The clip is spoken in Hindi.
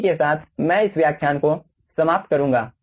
इसी के साथ मैं इस व्याख्यान को समाप्त करूंगा